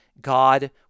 God